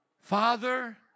Father